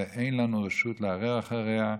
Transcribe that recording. ואין לנו רשות להרהר אחריה.